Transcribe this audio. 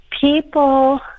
people